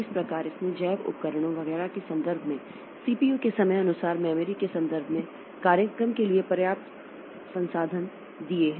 इस प्रकार इसने जैव उपकरणों वगैरह के संदर्भ में CPU समय के अनुसार मेमोरी के संदर्भ में कार्यक्रम के लिए पर्याप्त संसाधन दिए हैं